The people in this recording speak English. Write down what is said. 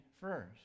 first